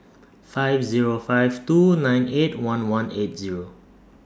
five Zero five two nine eight one one eight Zero